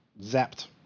zapped